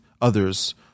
others